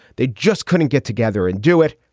they just couldn't get together and do it.